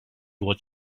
was